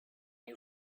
you